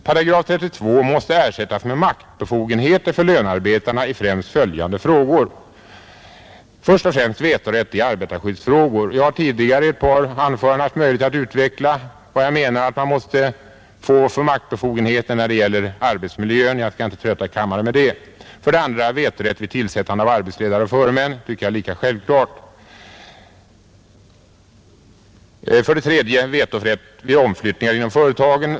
§ 32 måste ersättas med maktbefogenheter för lönarbetarna i främst följande frågor: 1. Vetorätt i arbetarskyddsfrågor. Jag har tidigare i ett par anföranden haft möjlighet att utveckla vad jag menar att man måste få för maktbefogenheter när det gäller arbetsmiljön, så jag skall inte trötta kammaren med det. 2. Vetorätt vid tillsättande av arbetsledare och förmän. Det tycker jag är lika självklart. 3. Vetorätt vid omflyttningar inom företagen.